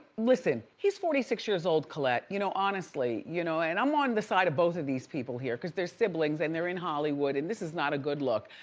listen, he's forty six years old colette. you know, honestly, you know, and i'm on the side of both of these people here cos they're siblings and they're in hollywood and this is not a good look.